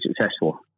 successful